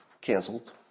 canceled